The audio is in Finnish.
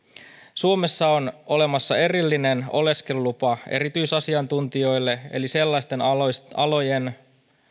suomessa on olemassa erillinen oleskelulupa erityisasiantuntijoille eli sellaisten alojen alojen